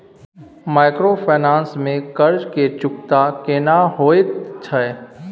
Microfinance में कर्ज के चुकता केना होयत छै?